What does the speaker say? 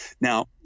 Now